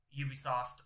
Ubisoft